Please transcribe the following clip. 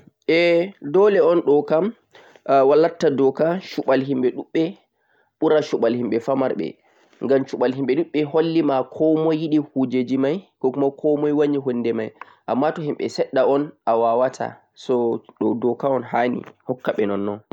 Ae dole'on ɗo kam latta doka aɓurna shuɓɓal himɓe ɗuɓɓe hado himɓe seɗɗa, ngam shuɓɓal himɓe ɗuɓɓe hollima komoi yiɗe hunde mai amma to himɓe seɗɗa'on awawata